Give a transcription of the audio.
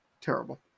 terrible